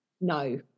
No